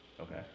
Okay